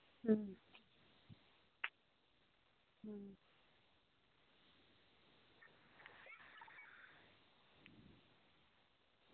ᱦᱮᱸ